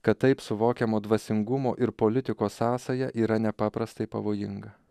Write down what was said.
kad taip suvokiamo dvasingumo ir politikos sąsaja yra nepaprastai pavojinga